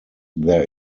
there